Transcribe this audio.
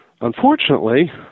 unfortunately